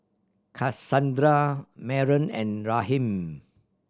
Cassandra Maren and Raheem